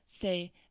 say